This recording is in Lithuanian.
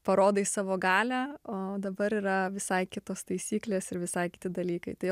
parodai savo galią o dabar yra visai kitos taisyklės ir visai kiti dalykai tai